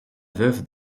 veuve